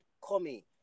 Comey